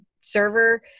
server